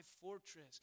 fortress